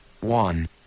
one